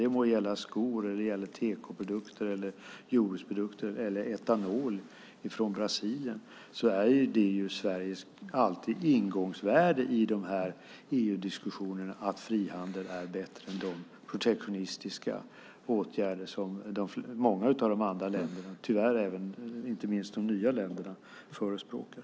Det må gälla skor, tekoprodukter, jordbruksprodukter eller etanol från Brasilien - Sveriges ingångsvärde i EU-diskussionerna är alltid att frihandel är bättre än de protektionistiska åtgärder som många av de andra länderna, tyvärr inte minst de nya länderna, förespråkar.